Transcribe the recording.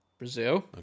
Brazil